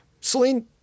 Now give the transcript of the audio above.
Celine